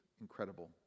incredible